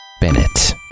Bennett